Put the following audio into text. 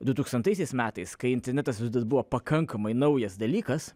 dutūkstantaisiais metais kai internetas rodos buvo pakankamai naujas dalykas